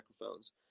microphones